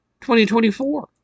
2024